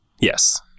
Yes